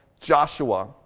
Joshua